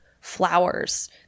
flowers